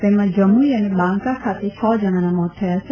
તેમાં જમુઈ અને બાંકા ખાતે છ જણાના મોત થયા છે